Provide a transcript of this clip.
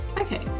Okay